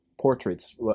portraits